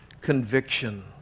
conviction